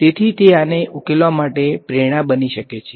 તેથી તે આને ઉકેલવા માટે પ્રેરણા બની શકે છે